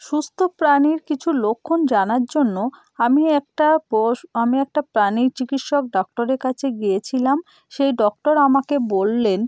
সুস্থ প্রাণীর কিছু লক্ষণ জানার জন্য আমি একটা পশু আমি একটা প্রাণী চিকিৎসক ডক্টরের কাছে গেছিলাম সেই ডক্টর আমাকে বললেন